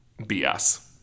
BS